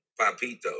Papito